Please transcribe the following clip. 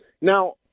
Now